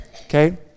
Okay